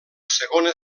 segona